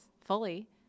fully